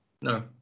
No